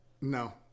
No